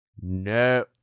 No